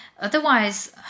Otherwise